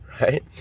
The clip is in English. right